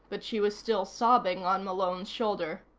but she was still sobbing on malone's shoulder.